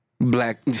Black